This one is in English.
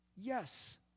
Yes